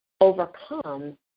overcome